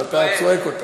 ואתה צועק אותה.